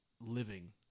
living